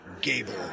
Gable